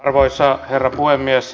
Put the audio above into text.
arvoisa herra puhemies